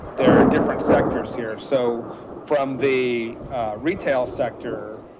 there are different sectors here. so from the retail sector,